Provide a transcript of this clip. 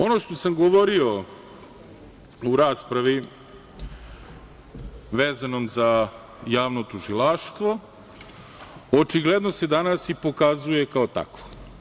Ono što sam govorio u raspravi vezano za javno tužilaštvo očigledno se danas i pokazuje kao takvo.